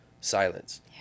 silence